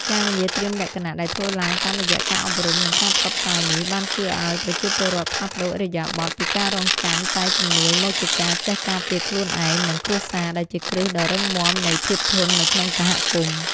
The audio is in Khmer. ការងារត្រៀមលក្ខណៈដែលធ្វើឡើងតាមរយៈការអប់រំ និងការផ្សព្វផ្សាយនេះ បានជួយឱ្យប្រជាពលរដ្ឋផ្លាស់ប្តូរឥរិយាបថពីការរង់ចាំតែជំនួយមកជាការចេះការពារខ្លួនឯង និងគ្រួសារ ដែលជាគ្រឹះដ៏រឹងមាំនៃភាពធន់នៅក្នុងសហគមន៍។